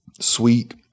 sweet